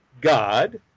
God